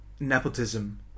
Nepotism